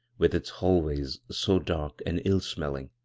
with its hallways so dark and ill-smelling.